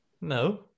No